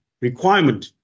requirement